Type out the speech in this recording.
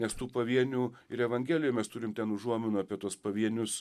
nes tų pavienių ir evangelijoj mes turim ten užuominų apie tuos pavienius